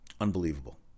unbelievable